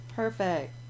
Perfect